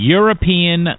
European